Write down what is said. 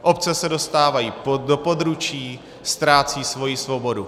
Obce se dostávají do područí, ztrácejí svoji svobodu.